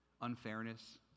unfairness